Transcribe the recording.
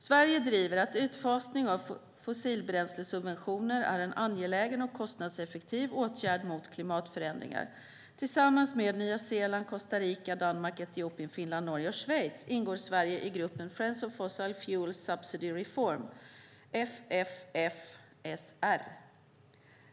Sverige driver att utfasning av fossilbränslesubventioner är en angelägen och kostnadseffektiv åtgärd mot klimatförändringar. Tillsammans med Nya Zeeland, Costa Rica, Danmark, Etiopien, Finland, Norge och Schweiz ingår Sverige i gruppen Friends of Fossil Fuels Subsidy Reform, FFFSR.